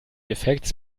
effekts